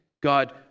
God